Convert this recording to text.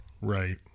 Right